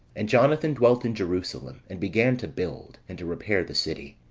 and jonathan dwelt in jerusalem, and began to build, and to repair the city.